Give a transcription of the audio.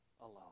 alone